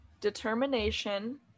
Determination